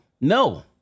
No